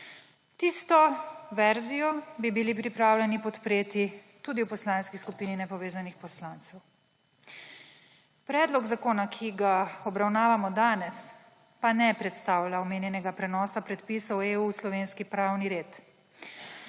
Tisto verzijo bi bili pripravljeni podpreti tudi v Poslanski skupini nepovezanih poslancev. Predlog zakona, ki ga obravnavamo danes, pa ne predstavlja omenjenega prenosa predpisov EU v slovenski pravni red.